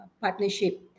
partnership